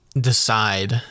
decide